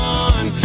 one